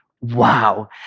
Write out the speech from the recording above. Wow